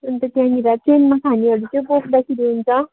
अन्त त्यहाँनिर ट्रेनमा खानेहरू चाहिँ बोक्दाखेरि हुन्छ